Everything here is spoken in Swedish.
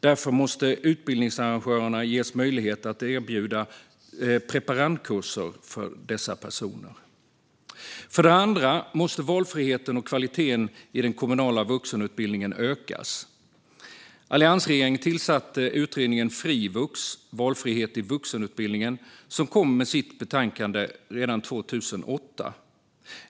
Därför måste utbildningsarrangörerna ges möjlighet att erbjuda preparandkurser för dessa personer. För det andra måste valfriheten och kvaliteten i den kommunala vuxenutbildningen ökas. Alliansregeringen tillsatte utredningen Frivux - Valfrihet i vuxenutbildningen , som lade fram sitt betänkande redan 2008.